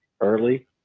early